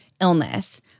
illness